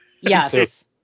yes